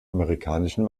amerikanischen